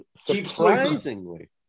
surprisingly